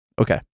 Okay